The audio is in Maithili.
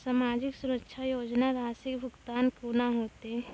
समाजिक सुरक्षा योजना राशिक भुगतान कूना हेतै?